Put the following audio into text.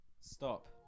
Stop